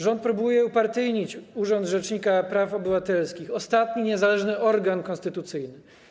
Rząd próbuje upartyjnić urząd Rzecznika Praw Obywatelskich - ostatni niezależny organ konstytucyjny.